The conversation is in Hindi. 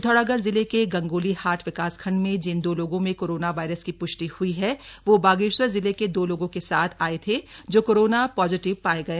पिथौरागढ़ जिले के गंगोलीहाट विकासखंड में जिन दो लोगों में कोराना वायरस की प्ष्टि हुई है वो बागेश्वर जिले के दो लोगों के साथ आये थे जो कोरोना पॉजिटिव पाये गए